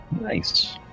Nice